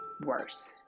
worse